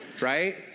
right